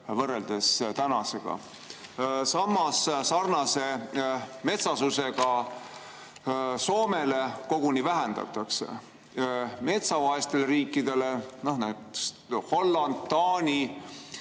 võrreldes tänasega. Samas, sarnase metsasusega Soomel seda koguni vähendatakse. Metsavaestele riikidele – näiteks Holland, Taani